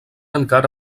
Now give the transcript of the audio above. encara